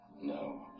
No